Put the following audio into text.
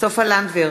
סופה לנדבר,